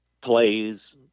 plays